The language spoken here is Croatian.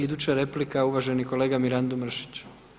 Iduća replika je uvaženi kolega Mirando Mrsić.